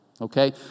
Okay